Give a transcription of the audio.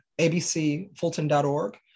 abcfulton.org